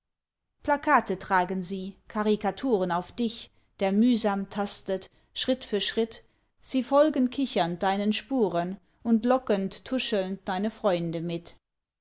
plakate tragen sie karikaturen auf dich der mühsam tastet schritt für schritt sie folgen kichernd deinen spuren und lockend tuschelnd deine freunde mit